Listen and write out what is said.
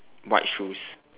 white shoes